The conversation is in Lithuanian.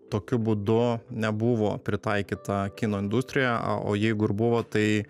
tokiu būdu nebuvo pritaikyta kino industrijoje a o jeigu ir buvo tai